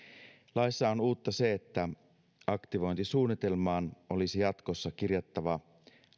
laissa on uutta se että aktivointisuunnitelmaan olisi jatkossa kirjattava